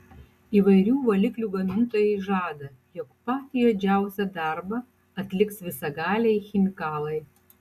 įvairių valiklių gamintojai žada jog patį juodžiausią darbą atliks visagaliai chemikalai